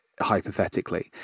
hypothetically